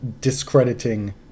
discrediting